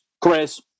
Chris